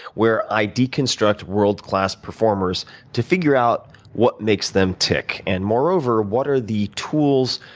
where i deconstruct world-class performers to figure out what makes them tick, and moreover, what are the tools,